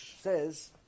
says